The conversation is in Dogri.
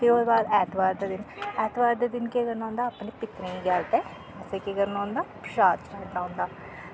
फ्ही ओह्दे बाद ऐतबार दा दिन ऐतबार दे दिन केह् करना होंदा अपने पित्तरें केह् गल्ल तै असें केह् करना होंदा परशद चढ़ाना होंदा